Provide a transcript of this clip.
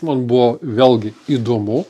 man buvo vėlgi įdomu